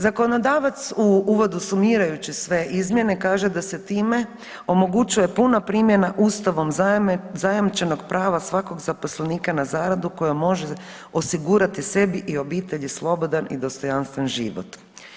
Zakonodavac u uvodu sumirajući sve izmjene kaže da se time omogućuje puna primjena Ustavom zajamčenog prava svakog zaposlenika na zaradu kojom može osigurati sebi i obitelji slobodan i dostojanstven život.